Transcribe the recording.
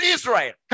Israel